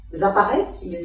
apparaissent